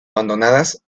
abandonadas